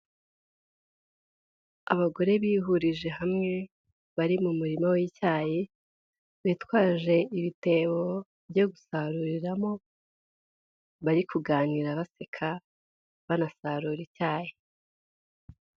Abagore bihurije hamwe bari mu murima w'icyayi bitwaje ibitebo byo gusaruriramo bari kuganira baseka banasarura icyayi.